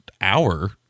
hour